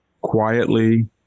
quietly